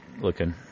looking